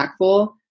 impactful